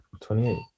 28